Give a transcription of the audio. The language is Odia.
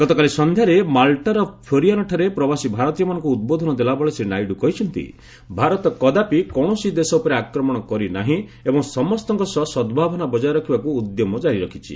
ଗତକାଲି ସନ୍ଧ୍ୟାରେ ମାଲଟାର ଫ୍ଲୋରିଆନାଠାରେ ପ୍ରବାସୀ ଭାରତୀୟମାନଙ୍କୁ ଉଦ୍ବୋଧନ ଦେଲାବେଳେ ଶ୍ରୀ ନାଇଡ଼ୁ କହିଛନ୍ତି ଭାରତ କଦାପି କୌଣସି ଦେଶ ଉପରେ ଆକ୍ରମଣ କରିନାହିଁ ଏବଂ ସମସ୍ତଙ୍କ ସହ ସଦ୍ଭାବନା ବଜାୟ ରଖିବାକୁ ଉଦ୍ୟମ ଜାରି ରଖିଛି